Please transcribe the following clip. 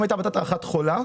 אם היתה בטטה אחת חולה,